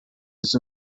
used